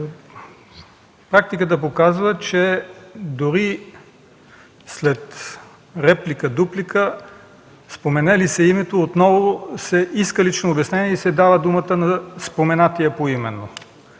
Практиката показва, че дори след реплика-дуплика, спомене ли се името, отново се иска лично обяснение и се дава думата на споменатия поименно,